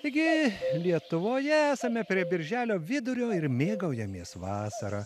taigi lietuvoje esame prie birželio vidurio ir mėgaujamės vasara